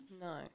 No